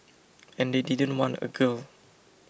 and they didn't want a girl